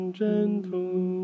gentle